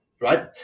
right